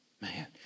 Man